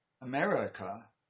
America